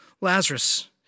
Lazarus